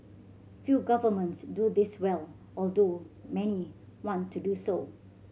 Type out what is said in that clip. few governments do this well although many want to do so